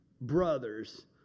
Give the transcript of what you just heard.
brothers